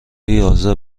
یازده